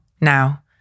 now